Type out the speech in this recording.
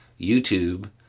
YouTube